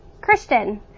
Christian